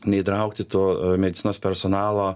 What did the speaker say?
neįtraukti to medicinos personalo